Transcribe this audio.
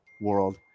world